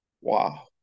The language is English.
Wow